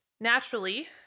naturally